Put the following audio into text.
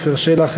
עפר שלח,